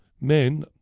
men